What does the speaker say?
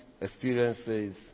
experiences